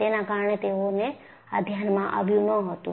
તેના કારણે તેઓને આ ધ્યાનમાં આવ્યું ન હતું